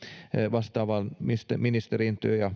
vastaavaan ministeriin työ ja